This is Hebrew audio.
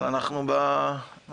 אבל אנחנו במערכה.